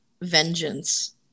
vengeance